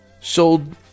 sold